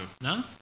No